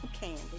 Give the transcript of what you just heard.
candy